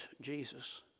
Jesus